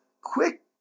quick